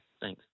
Thanks